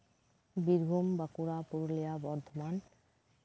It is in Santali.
ᱵᱤᱨᱵᱷᱩᱢ ᱵᱟᱸᱠᱩᱲᱟ ᱯᱩᱨᱩᱞᱤᱭᱟ ᱵᱚᱨᱫᱷᱚᱢᱟᱱ